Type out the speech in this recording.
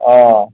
অ